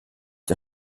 der